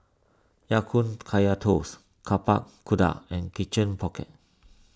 Ya Kun Kaya Toast Tapak Kuda and Chicken Pocket